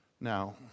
Now